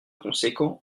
conséquent